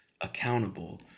accountable